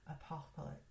apocalypse